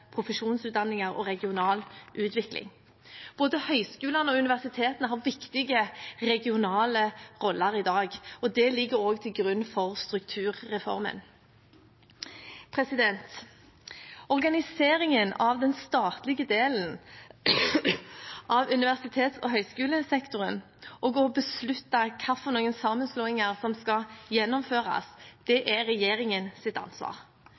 profesjonsutdanninger og regional utvikling. Både høyskolene og universitetene har viktige regionale roller i dag. Det ligger også til grunn for strukturreformen. Organiseringen av den statlige delen av universitets- og høyskolesektoren og å beslutte hvilke sammenslåinger som skal gjennomføres, er regjeringens ansvar.